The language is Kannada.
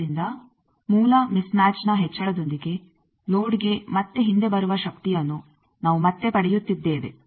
ಆದ್ದರಿಂದ ಮೂಲ ಮಿಸ್ ಮ್ಯಾಚ್ನ ಹೆಚ್ಚಳದೊಂದಿಗೆ ಲೋಡ್ಗೆ ಮತ್ತೆ ಹಿಂದೆ ಬರುವ ಶಕ್ತಿಯನ್ನು ನಾವು ಮತ್ತೆ ಪಡೆಯುತ್ತಿದ್ದೇವೆ